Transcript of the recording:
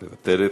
מוותרת.